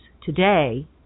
today